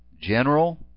general